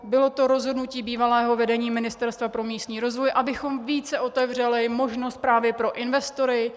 Bylo to rozhodnutí bývalého vedení Ministerstva pro místní rozvoj, abychom více otevřeli možnost právě pro investory.